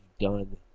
done